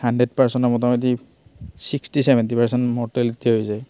hundred পাৰ্চেণ্টৰ মোটামুটি sixty seventy percent মৰ্টেলিটিয়ে হৈ যায়